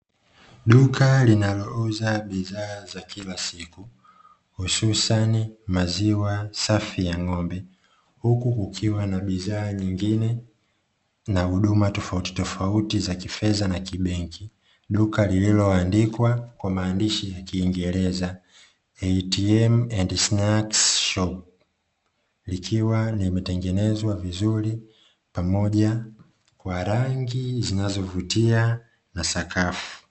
Duka linalouza bidhaa za kila siku, hususani maziwa safi ya ngombe huku kukiwa na bidhaa nyingine na huduma tofauti tofauti za kifedha na kibenki duka lililo kwa maandishi ya kiingereza, "ATM and snacks shop", ikiwa ni imetengenezwa vizuri pamoja wa rangi zinazovutia na sakafu.